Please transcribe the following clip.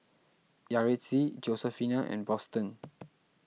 Yaretzi Josefina and Boston